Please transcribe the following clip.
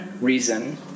reason